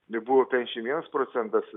tai buvo penkiasdešimt vienas procentas